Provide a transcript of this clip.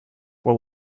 what